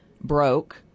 broke